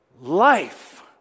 life